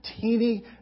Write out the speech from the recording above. teeny